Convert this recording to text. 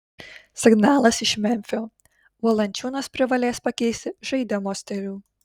signalas iš memfio valančiūnas privalės pakeisti žaidimo stilių